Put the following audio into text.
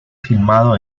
filmado